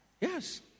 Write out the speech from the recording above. Yes